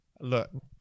Look